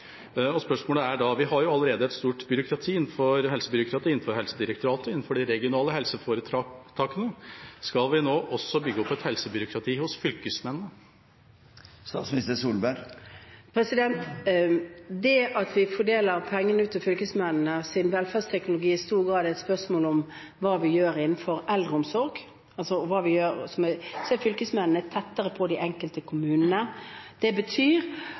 Spørsmålet er da: Vi har jo allerede et stort byråkrati innenfor helse – innenfor Helsedirektoratet og innenfor de regionale helseforetakene. Skal vi nå også bygge opp et helsebyråkrati hos fylkesmennene? Velferdsteknologi er i stor grad et spørsmål om hva vi gjør innenfor eldreomsorg, og fylkesmennene er tettere på de enkelte kommunene. Det betyr at de lettere kan stimulere til de gode prosjektene ute. Derfor er ikke fylkesmennene,